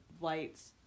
lights